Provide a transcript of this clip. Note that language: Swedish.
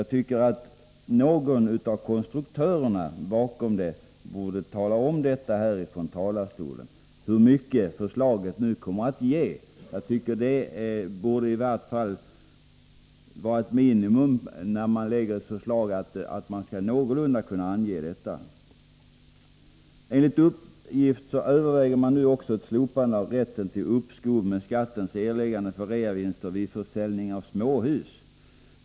Någon av konstruktörerna borde här ifrån talarstolen tala om hur mycket förslaget nu kommer att ge. Jag tycker det är ett minimikrav att man någorlunda kan ange detta. Enligt uppgift överväger man nu också ett slopande av rätten till uppskov med skattens erläggande för reavinster vid försäljning av småhus.